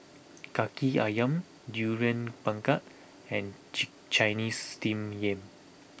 Kaki Ayam Durian Pengat and chick Chinese Steamed Yam